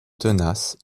tenace